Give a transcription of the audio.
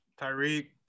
Tyreek